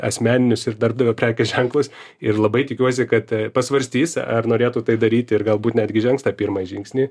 asmeninius ir darbdavio prekės ženklus ir labai tikiuosi kad pasvarstys ar norėtų tai daryti ir galbūt netgi žengs pirmą žingsnį